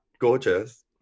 gorgeous